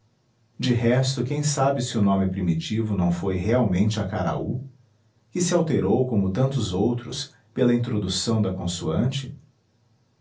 de resto quem sabe se o nome primitivo não foi realmente acaraú que se alterou como tantos outros pela introdução da consoante